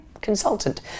consultant